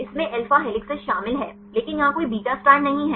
इसमें alpha helices शामिल हैं लेकिन यहां कोई बीटा स्ट्रैंड नहीं है